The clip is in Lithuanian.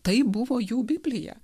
tai buvo jų biblija